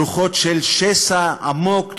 רוחות של שסע עמוק,